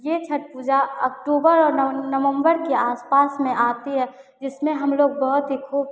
यह छठ पूजा अक्टूबर और नम नवम्बर के आसपास में आती है जिसमें हमलोग बहुत ही खूब